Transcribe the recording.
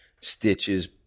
stitches